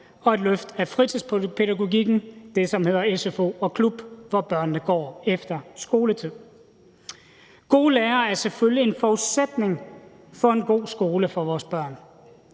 og et løft af fritidspædagogikken, det, som hedder sfo og klub, hvor børnene går efter skoletid. Gode lærere er selvfølgelig en forudsætning for en god skole for vores børn,